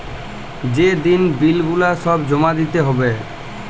যে দিন বিল গুলা সব জমা দিতে হ্যবে